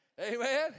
Amen